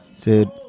Dude